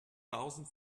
thousand